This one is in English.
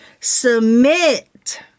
submit